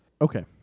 Okay